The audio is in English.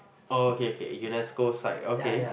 oh okay k Unesco side okay